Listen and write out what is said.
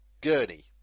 Gurney